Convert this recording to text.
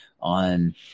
on –